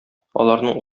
аларның